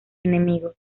enemigo